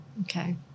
Okay